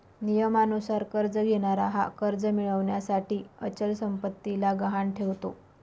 नियमानुसार कर्ज घेणारा हा कर्ज मिळविण्यासाठी अचल संपत्तीला गहाण ठेवतो